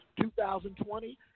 2020